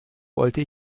wollte